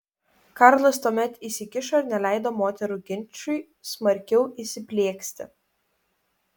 karlas tuomet įsikišo ir neleido moterų ginčui smarkiau įsiplieksti